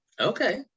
Okay